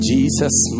Jesus